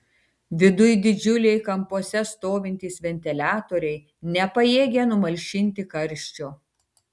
viduj didžiuliai kampuose stovintys ventiliatoriai nepajėgė numalšinti karščio